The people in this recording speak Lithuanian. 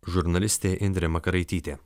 žurnalistė indrė makaraitytė